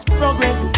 progress